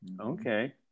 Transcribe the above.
Okay